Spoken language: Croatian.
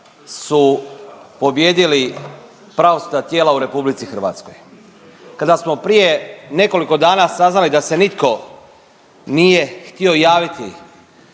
su pobijedili pravosudna tijela u RH. Kada smo prije nekoliko dana saznali da se nitko nije htio javiti